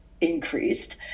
increased